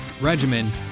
regimen